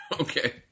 Okay